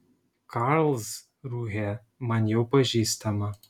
karlsrūhė man jau pažįstama